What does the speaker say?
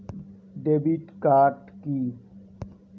Debit card key?